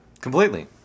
completely